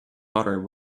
butter